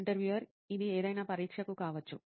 interviewer ఇది ఏదైనా పరీక్షకు కావచ్చు